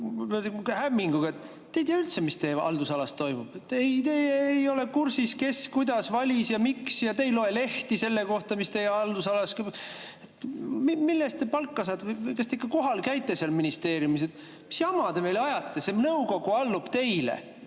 te ei tea ju üldse, mis teie haldusalas toimub. Te ei ole kursis, kes kuidas valis ja miks, ja te ei loe lehti selle kohta, mis teie haldusalas toimub. Mille eest te palka saate? Kas te ikka kohal käite seal ministeeriumis? Mis jama te meile ajate? See nõukogu allub teile.